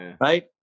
Right